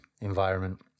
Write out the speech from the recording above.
environment